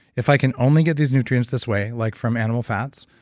if i can only get these nutrients this way, like from animal fats,